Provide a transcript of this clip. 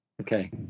okay